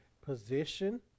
position